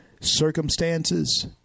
circumstances